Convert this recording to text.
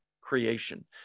creation